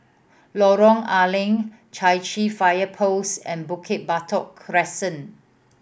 Lorong A Leng Chai Chee Fire Post and Bukit Batok Crescent